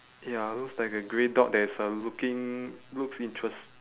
ya looks like a grey dog that is uh looking looks interest~